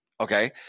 Okay